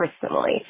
personally